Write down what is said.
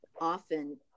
often